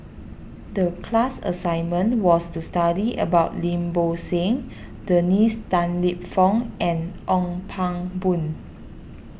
the class assignment was to study about Lim Bo Seng Dennis Tan Lip Fong and Ong Pang Boon